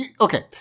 okay